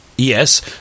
Yes